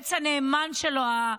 והיועץ הנאמן שלו,